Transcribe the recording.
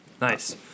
Nice